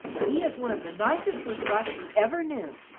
he is one of the nicest boot-blacks you ever knew.